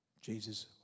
Jesus